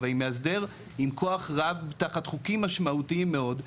אבל היא מאסדר עם כוח רב תחת חוקים משמעותיים מאוד,